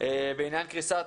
בעניין קריסת